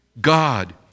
God